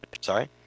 Sorry